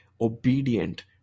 obedient